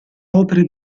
opere